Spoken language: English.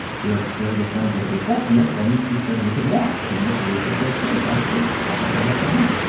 we're very good friends of the receptionist. and she said we could watch. and the producer said, sure, have a seat. i got to watch him work